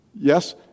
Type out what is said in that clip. Yes